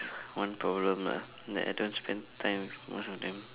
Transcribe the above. one problem ah that I don't spend time with most of them